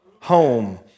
home